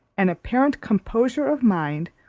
an apparent composure of mind,